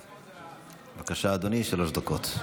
בבקשה, אדוני, שלוש דקות.